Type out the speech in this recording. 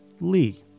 Lee